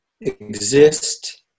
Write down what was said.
exist